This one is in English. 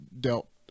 dealt